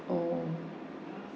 oh